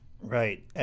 Right